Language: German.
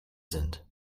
sind